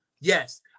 Yes